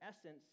essence